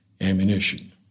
ammunition